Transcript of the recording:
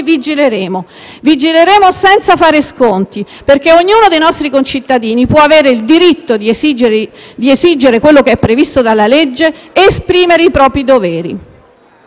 dall'opposizione, senza fare sconti, perché ognuno dei nostri concittadini può avere il diritto di esigere quello che è previsto dalla legge e di esprimere i propri doveri.